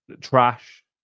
Trash